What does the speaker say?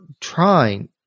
trying